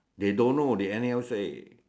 they don't know they anyhow say